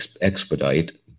expedite